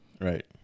Right